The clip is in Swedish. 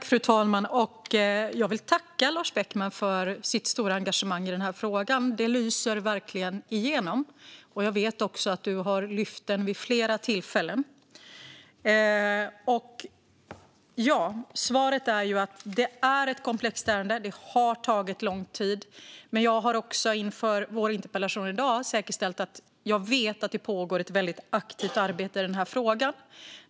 Fru talman! Jag vill tacka Lars Beckman för hans stora engagemang i den här frågan. Det lyser verkligen igenom. Jag vet också att du har lyft frågan vid flera tillfällen. Svaret är att det är ett komplext ärende och att det har tagit lång tid, men jag har också inför vår interpellationsdebatt i dag säkerställt att det pågår ett väldigt aktivt arbete i den här frågan.